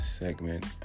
segment